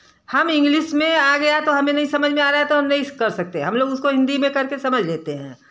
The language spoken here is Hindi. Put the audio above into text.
हम इंग्लिस में आ गया तो हमें नहीं समझ में आ रहा है तो हम नहीं कर सकते हैं हम लोग उसको हिंदी में करके समझ लेते हैं